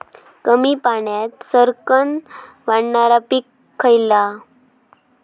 कमी पाण्यात सरक्कन वाढणारा पीक खयला?